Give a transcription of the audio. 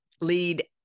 lead